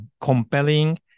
compelling